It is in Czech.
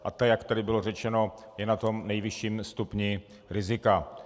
A ta, jak tady bylo řečeno, je na tom nejvyšším stupni rizika.